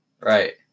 Right